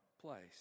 place